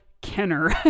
Kenner